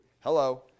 Hello